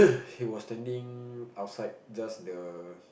he was standing outside just the